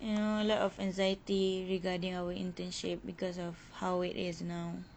you know a lot of anxiety regarding our internship because of how it is now